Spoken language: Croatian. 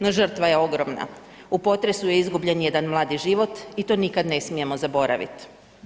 No, žrtva je ogromna, u potresu je izgubljen jedan mladi život i to nikad ne smijemo zaboravit.